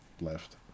left